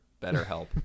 BetterHelp